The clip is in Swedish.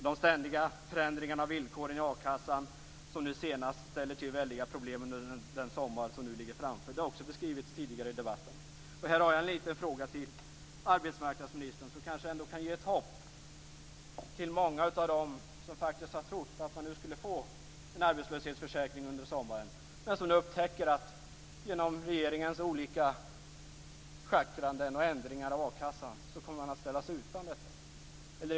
De ständiga förändringarna av villkoren i a-kassan ställer till väldiga problem, nu senast gäller det den sommar som ligger framför oss. Också detta har beskrivits tidigare i debatten. I det här sammanhanget kanske arbetsmarknadsministern kan ge ett hopp till många av dem som trott att de skulle få en arbetslöshetsförsäkring under sommaren men som nu upptäcker att de genom regeringens olika schackranden och ändringar av a-kassan kommer att ställas utanför.